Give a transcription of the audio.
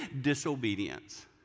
Disobedience